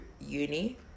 uni